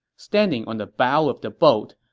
standing on the bow of the boat,